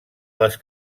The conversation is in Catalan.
les